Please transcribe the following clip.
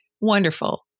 wonderful